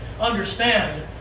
understand